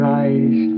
eyes